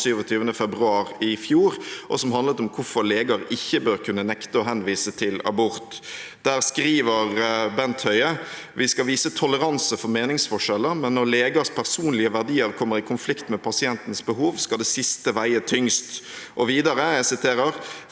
27. februar i fjor, og som handlet om hvorfor leger ikke bør kunne nekte å henvise til abort. Der skriver Bent Høie: «Vi skal vise toleranse for meningsforskjeller, men når legers personlige verdier kommer i konflikt med pasientens behov skal det siste veie tyngst.» Videre: «Fastlegen